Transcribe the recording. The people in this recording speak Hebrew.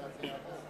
אז זה יעבור.